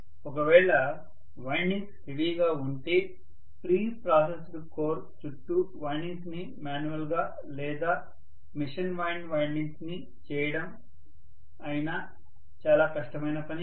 ఒకవేళ windings heavy గా ఉంటే ప్రీ ప్రొసెస్డ్ కోర్ చుట్టూ వైండింగ్స్ ని మాన్యువల్ గా లేదా మెషిన్ వైండ్ వైండింగ్స్ ని చేయడం అయినా చాలా కష్టమైన పని